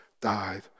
died